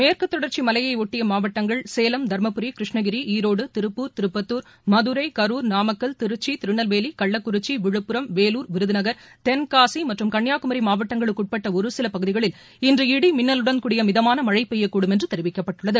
மேற்குத் தொடர்ச்சிமலையையொட்டியமாவட்டங்கள் சேலம் தருமபுரி கிருஷ்ணகிரி ஈரோடு திருப்பூர் திருப்பத்துர் மதுரை கரூர் நாமக்கல் திருச்சி திருநெல்வேலி கள்ளக்குறிச்சி விழுப்புரம் வேலூர் விருதுகள் தென்காசிமற்றும் கன்னியாகுமிமாவட்டங்களுக்குஉட்பட்டஒருசிலபகுதிகளில் இன்று இடிமின்னலுடன் பிய மிதமானமழைபெய்யக்கூடும் என்றுதெரிவிக்கப்பட்டுள்ளது